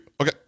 Okay